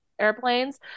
airplanes